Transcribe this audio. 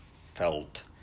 felt